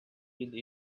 been